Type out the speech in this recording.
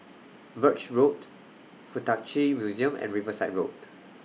Birch Road Fuk Tak Chi Museum and Riverside Road